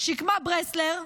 שקמה ברסלר,